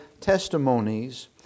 testimonies